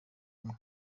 kumwe